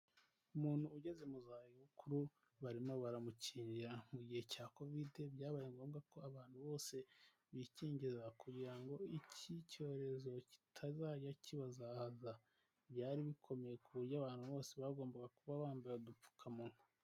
Umuntu ugeze mu za bukuru barimo baramukingira, mu gihe cya Kovide byabaye ngombwa ko abantu bose bikingiza kugira ngo iki cyorezo kitazajya kibazahaza, byari bikomeye ku buryo abantu bose bagombaga kuba bambaye udupfukamunwa